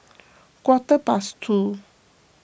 quarter past two